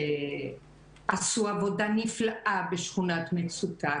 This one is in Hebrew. עשו עבודה נפלאה בשכונת מצוקה,